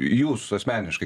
jūs asmeniškai